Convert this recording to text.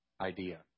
idea